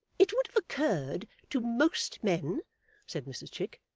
it would have occurred to most men said mrs chick,